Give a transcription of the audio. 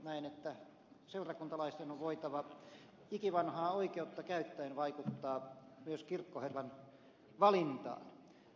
näen että seurakuntalaisten on voitava ikivanhaa oikeutta käyttäen vaikuttaa myös kirkkoherran valintaan